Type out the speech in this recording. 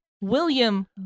William